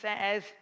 says